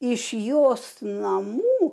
iš jos namų